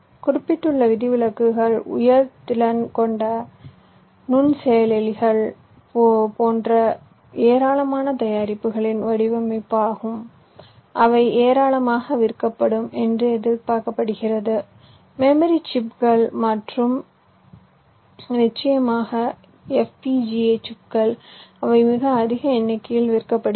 குறிப்பிடப்பட்டுள்ள விதிவிலக்குகள் உயர் செயல்திறன் கொண்ட நுண்செயலிகள் போன்ற ஏராளமான தயாரிப்புகளின் வடிவமைப்பாகும் அவை ஏராளமாக விற்கப்படும் என்று எதிர்பார்க்கப்படுகிறது மெமரி சிப்புகள் மற்றும் நிச்சயமாக FPGA சிப்புகள் அவை மிக அதிக எண்ணிக்கையில் விற்கப்படுகின்றன